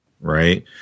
right